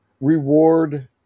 reward